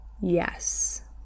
yes